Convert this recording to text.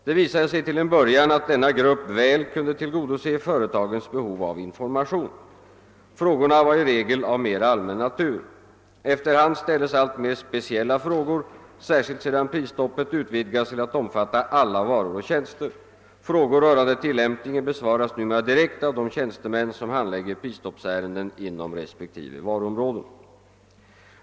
Det visade sig till en början att denna grupp väl kunde tillgodose företagens behov av information. Frågorna var i regel av mera allmän natur. Efter hand ställdes alltmer speciella frågor, särskilt sedan prisstoppet utvidgats till att omfatta alla varor och tjänster. Frågor rörande tillämpningen besvaras numera direkt av de tjänstemän som handlägger prisstoppsärenden inom respektive varuområden.